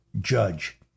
judge